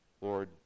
Lord